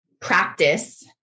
practice